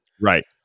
right